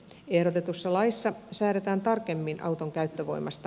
ehdotetussa laissa säädetään tarkemmin auton käyttövoimasta